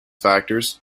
factors